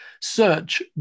search